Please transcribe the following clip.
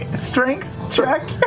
strength check?